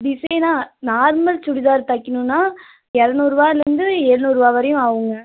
டிசைனாக நார்மல் சுடிதாரு தைக்கிணுன்னா இரநூறுவாலேர்ந்து எழுநூறுவா வரையும் ஆகுங்க